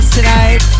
tonight